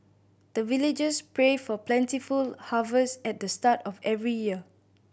the villagers pray for plentiful harvest at the start of every year